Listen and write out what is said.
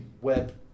web